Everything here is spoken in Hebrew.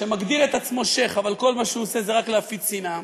שמגדיר את עצמו שיח' אבל כל מה שהוא עושה זה רק להפיץ שנאה,